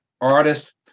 artist